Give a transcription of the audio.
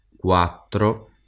quattro